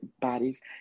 bodies